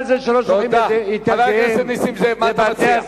זה שהם לא שולחים את ילדיהם לבתי-הספר.